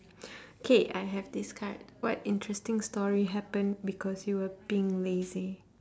K I have this card what interesting story happened because you were being lazy